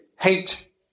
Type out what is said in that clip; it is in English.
hate